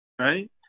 right